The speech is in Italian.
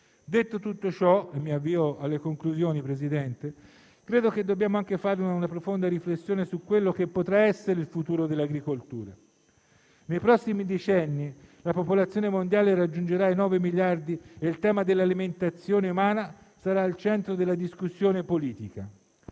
Detto tutto ciò - mi avvio alle conclusioni - credo che dobbiamo anche fare una profonda riflessione su quale potrà essere il futuro dell'agricoltura. Nei prossimi decenni la popolazione mondiale raggiungerà i 9 miliardi e il tema dell'alimentazione umana sarà al centro della discussione politica.